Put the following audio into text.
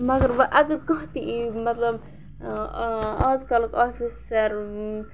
مگر وَ اگر کانٛہہ تہِ یی مطلب اَز کَلُک آفِسَر